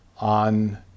on